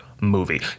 movie